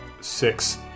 six